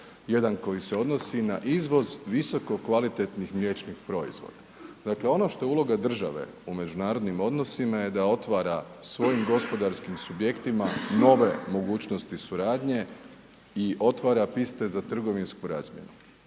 jedan koji se odnosi na izvoz visokokvalitetnih mliječnih proizvoda. Dakle, ono što je uloga države u međunarodnim odnosima je da otvara svojim gospodarskim subjektima nove mogućnosti suradnje i otvara piste za trgovinsku razmjenu